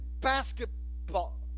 basketball